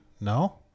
No